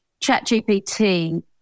ChatGPT